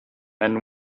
and